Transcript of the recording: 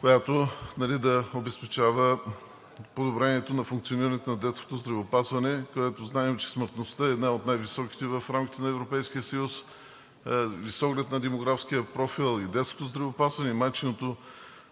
която да обезпечава подобрението на функционирането на детското здравеопазване, където знаем, че смъртността е една от най-високите в рамките на Европейския съюз. С оглед на демографския профил и детското здравеопазване, и майчиното